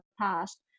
past